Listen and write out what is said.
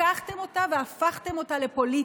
לקחתם אותה והפכתם אותה לפוליטיקה,